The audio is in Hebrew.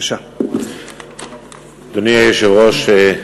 אדוני היושב-ראש,